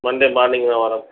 Monday morning நான் வர்றேன்